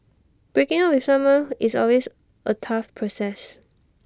breaking up with someone who is always A tough process